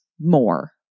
more